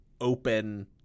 open